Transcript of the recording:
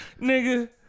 Nigga